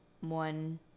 one